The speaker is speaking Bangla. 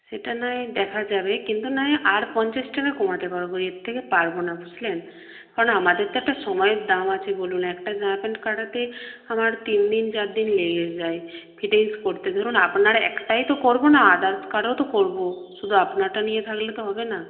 সেটা নয় দেখা যাবে কিন্তু নয় আর পঞ্চাশ টাকা কমাতে পারব এর থেকে পারব না বুঝলেন কারণ আমাদের তো একটা সময়ের দাম আছে বলুন একটা জামা প্যান্ট কাটাতে আমার তিন দিন চার দিন লেগে যায় ফিটিংস করতে ধরুন আপনার একটাই তো করব না আদার্স কারও তো করব শুধু আপনারটা নিয়ে থাকলে তো হবে না